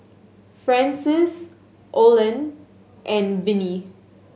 Francis Olen and Vinnie